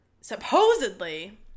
supposedly